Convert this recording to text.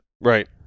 Right